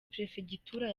perefegitura